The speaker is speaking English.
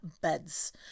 beds